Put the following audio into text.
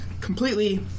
completely